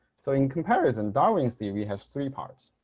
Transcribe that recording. so in comparison, darwin's theory has three parts.